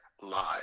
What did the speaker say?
live